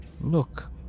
Look